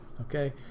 Okay